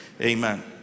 Amen